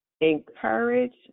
encourage